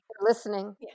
listening